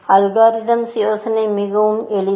algorithms யோசனை மிகவும் எளிது